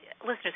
listeners